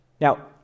Now